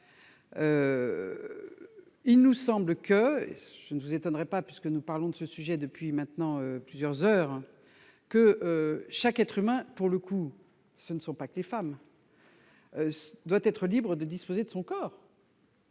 Il me semble, mais cela ne vous étonnera pas, puisque nous parlons de ce sujet depuis maintenant plusieurs heures, que chaque être humain- il ne s'agit pas que des femmes -doit être libre de disposer de son corps.